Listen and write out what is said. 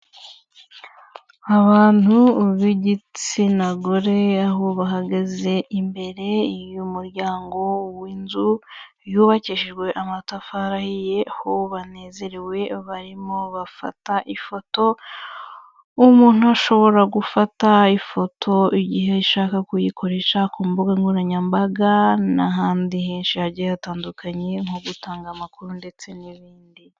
Abantu b'igitsina gore aho bahagaze imbere y'umuryango w'inzu yubakishijwe amatafari ahiye, aho banezerewe barimo bafata ifoto, umuntu ashobora gufata ifoto igihe ashaka kuyikoresha ku mbuga nkoranyambaga n'ahandi henshi hagiye hatandukanye nko gutanga amakuru ndetse n'ibindi.